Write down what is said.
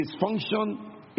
dysfunction